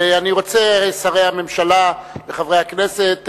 שרי הממשלה וחברי הכנסת,